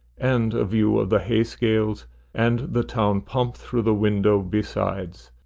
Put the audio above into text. and a view of the hay-scales and the town-pump through the window besides.